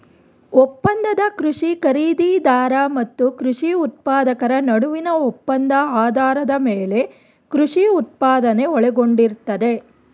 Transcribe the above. ಒಪ್ಪಂದದ ಕೃಷಿ ಖರೀದಿದಾರ ಮತ್ತು ಕೃಷಿ ಉತ್ಪಾದಕರ ನಡುವಿನ ಒಪ್ಪಂದ ಆಧಾರದ ಮೇಲೆ ಕೃಷಿ ಉತ್ಪಾದನೆ ಒಳಗೊಂಡಿರ್ತದೆ